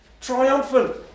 triumphant